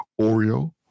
Oreo